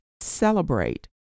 celebrate